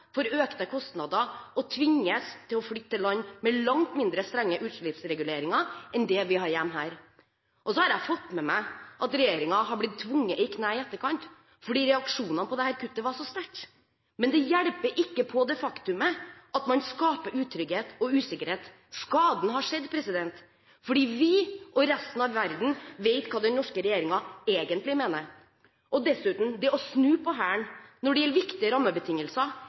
får økte kostnader og tvinges til å flytte til land med langt mindre strenge utslippsreguleringer enn det vi har her hjemme. Jeg har fått med meg at regjeringen i etterkant har blitt tvunget i kne fordi reaksjonene på dette kuttet var så sterke. Men det hjelper ikke på det faktum at man skaper utrygghet og usikkerhet. Skaden har skjedd, fordi vi og resten av verden vet hva den norske regjeringen egentlig mener. Dessuten: Det å snu på hælen når det gjelder viktige rammebetingelser,